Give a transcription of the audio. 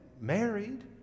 married